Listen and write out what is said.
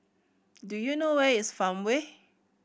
do you know where is Farmway